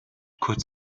kurz